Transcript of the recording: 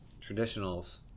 traditionals